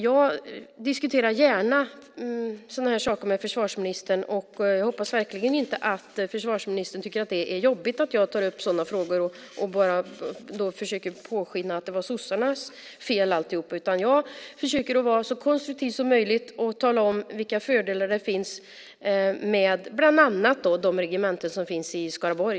Jag diskuterar gärna sådana här saker med försvarsministern och hoppas verkligen att försvarsministern inte tycker att det är jobbigt att jag tar upp sådana här frågor och inte försöker påskina att alltihop var sossarnas fel. Jag försöker vara så konstruktiv som möjligt och tala om vilka fördelar som finns bland annat med de regementen som finns i Skaraborg.